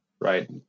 right